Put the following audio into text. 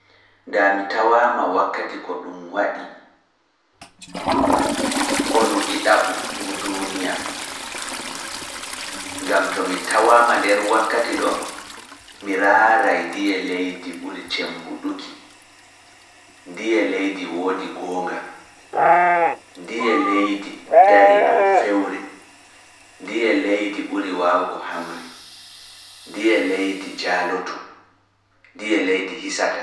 Nda mi tawaama wakkati ko ɗum waɗi Konu Ɗiɗaɓu ngu Duuniya, ngam to mi tawaama nder wakkati ɗoo, mi raaray ndiye leydi ɓuri cemmbuɗuki, ndiye leydi woodi goonga, ndiye leydi ndarii dow fewre, ndiye leydi ɓuri waawugo hamre, ndiye leydi jaalotoo, ndiye leydi hisata.